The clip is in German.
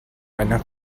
einer